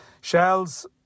Shells